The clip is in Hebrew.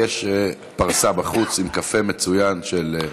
יש פרסה בחוץ עם קפה מצוין של,